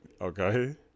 Okay